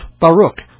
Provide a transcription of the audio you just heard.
Baruch